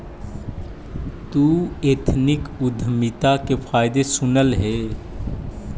तु एथनिक उद्यमिता के फायदे सुनले हे?